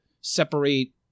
separate